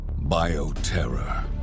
Bioterror